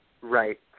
right